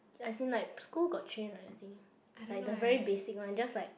as in like school got train right I think like the very basic one just like